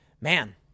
man